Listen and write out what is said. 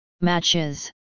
Matches